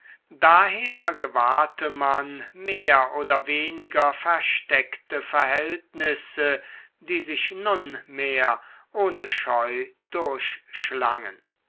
daher gewahrte man mehr oder weniger versteckte verhältnisse die sich nun mehr ohne scheu